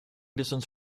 distance